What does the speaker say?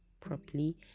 properly